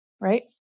right